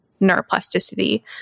neuroplasticity